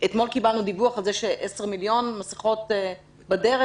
אתמול קיבלנו דיווח על כך ש-10 מיליון מסכות נמצאות בדרך,